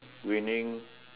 winning